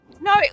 No